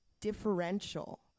differential